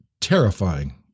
terrifying